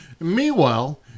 Meanwhile